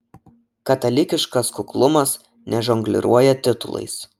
katalikiškas kuklumas nežongliruoja titulais